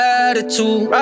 attitude